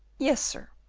yes, sir.